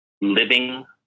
living